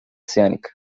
oceânica